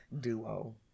duo